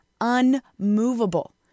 unmovable